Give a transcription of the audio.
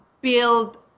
build